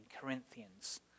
Corinthians